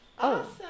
Awesome